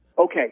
Okay